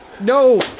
no